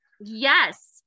Yes